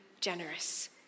generous